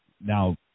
now